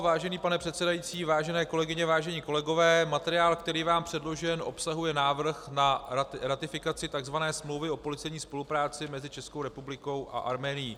Vážený pane předsedající, vážené kolegyně, vážení kolegové, materiál, který vám byl předložen, obsahuje návrh na ratifikaci takzvané smlouvy o policejní spolupráci mezi Českou republikou a Arménií.